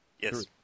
Yes